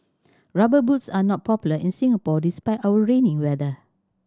Rubber Boots are not popular in Singapore despite our rainy weather